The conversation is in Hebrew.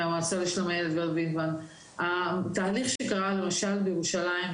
על התהליך שקרה למשל בירושלים,